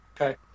Okay